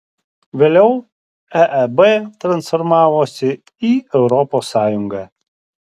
vėliau eeb transformavosi į europos sąjungą